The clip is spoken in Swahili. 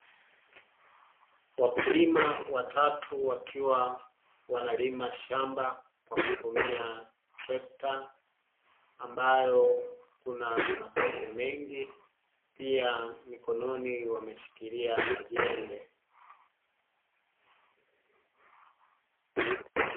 Wakulima watatu wakiwa wanalima shamba kwa kutumia trekta, ambayo kuna matope mengi, pia mikononi wameshikilia majembe.